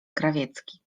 krawiecki